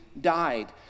died